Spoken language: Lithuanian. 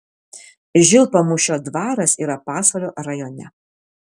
žilpamūšio dvaras yra pasvalio rajone